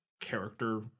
character